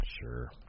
Sure